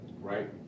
right